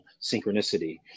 synchronicity